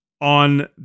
on